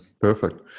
Perfect